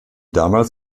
damals